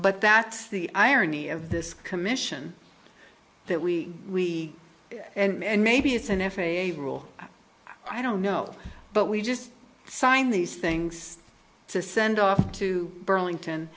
but that's the irony of this commission that we and maybe it's an f a a rule i don't know but we just signed these things to send off to burlington